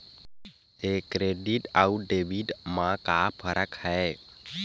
ये क्रेडिट आऊ डेबिट मा का फरक है?